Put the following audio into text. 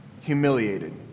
humiliated